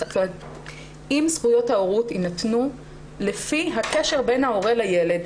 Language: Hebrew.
אם זכויות ההורות יינתנו לפי הקשר בין ההורה לילד,